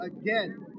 again